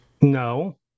No